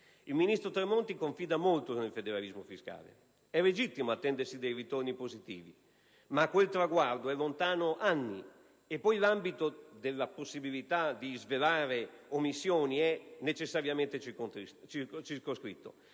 Il ministro Tremonti confida molto nel federalismo fiscale. È legittimo attendersi dei ritorni positivi, ma quel traguardo è lontano anni e poi l'ambito della possibilità di svelare omissioni è necessariamente circoscritto.